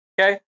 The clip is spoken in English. okay